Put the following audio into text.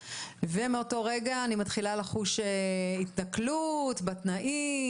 ומאותו רגע אני מתחילה לחוש התנכלות בתנאים,